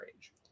age